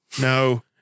no